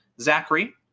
Zachary